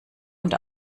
und